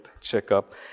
checkup